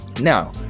Now